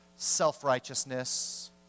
self-righteousness